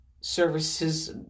services